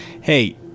Hey